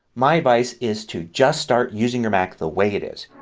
my advice is to just start using your mac the way it is.